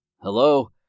Hello